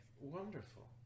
Wonderful